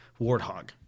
Warthog